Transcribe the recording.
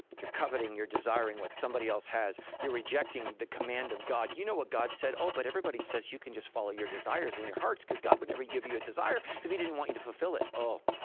you're coveting, you're desiring what somebody else has, you're rejecting the command of god, you know what god said? oh, but everybody says you can just follow your desires in your hearts, cause god would never give you a desire, if he didn't want you to fulfill it. oh,